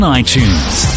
iTunes